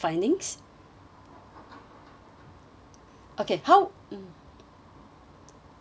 okay how mm mm